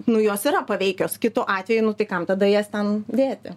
nu jos yra paveikios kitu atveju nu tai kam tada jas ten dėti